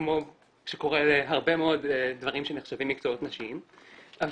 כמו שקורה להרבה מאוד דברים שנחשבים מקצועות נשיים,